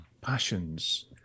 passions